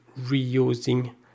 reusing